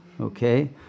okay